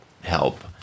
help